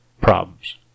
problems